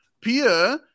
Pia